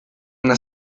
una